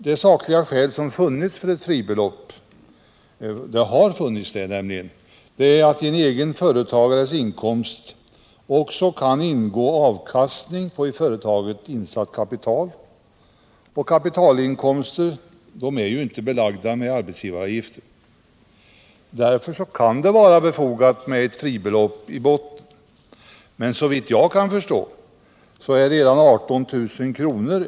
Det sakliga skäl som funnits — ett sådant har nämligen funnits — för ett fribelopp är att i egenföretagares inkomst också kan ingå avkastningen på i företaget insatt kapital, och kapitalinkomster är ju inte belagda med arbetsgivaravgifter. Därför kan det vara befogat med ett fribelopp i botten. Men såvitt jag kan förstå är redan 18 000 kr.